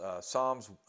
Psalms